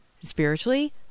spiritually